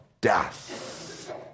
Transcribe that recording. death